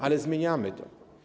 Ale zmieniamy to.